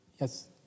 Yes